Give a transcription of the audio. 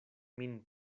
min